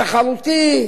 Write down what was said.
התחרותי,